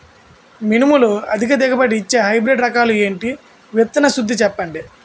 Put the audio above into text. మినుములు అధిక దిగుబడి ఇచ్చే హైబ్రిడ్ రకాలు ఏంటి? విత్తన శుద్ధి చెప్పండి?